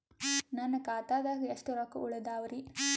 ನನ್ನ ಖಾತಾದಾಗ ಎಷ್ಟ ರೊಕ್ಕ ಉಳದಾವರಿ?